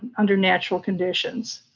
under natural conditions,